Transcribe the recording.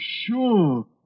sure